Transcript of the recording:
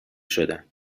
شدم